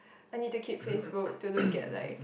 I need to keep Facebook to look at like